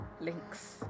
links